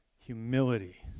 Humility